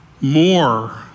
more